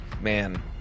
Man